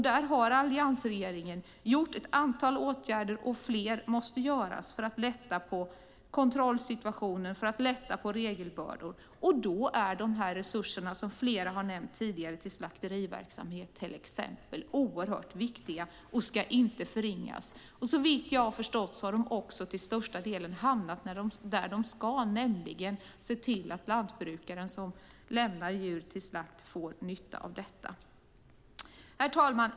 Där har alliansregeringen vidtagit ett antal åtgärder, och fler måste vidtas för att lätta på kontrollsituationen och regelbördorna. Då är de resurser till slakteriverksamhet som flera har nämnt tidigare oerhört viktiga. De ska inte förringas. Såvitt jag har förstått har de också till största delen hamnat där de ska, nämligen för att se till att den lantbrukare som lämnar djur till slakt får nytta av detta. Herr talman!